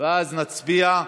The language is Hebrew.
ואז נצביע.